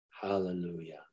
Hallelujah